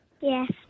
Yes